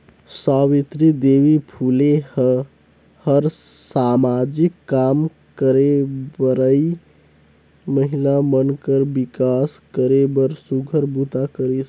सावित्री देवी फूले ह हर सामाजिक काम करे बरए महिला मन कर विकास करे बर सुग्घर बूता करिस